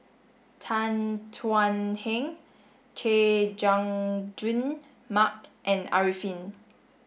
Tan Thuan Heng Chay Jung Jun Mark and Arifin